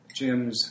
gyms